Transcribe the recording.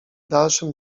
dalszym